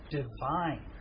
divine